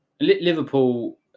Liverpool